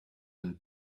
and